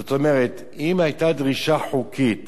זאת אומרת, אם היתה דרישה חוקית